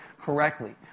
correctly